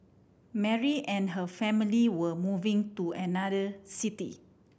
Mary and her family were moving to another city